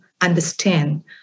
understand